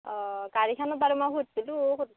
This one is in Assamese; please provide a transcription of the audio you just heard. অ' গাড়ীখনক বাৰু মই সুধছিলোঁ সুধ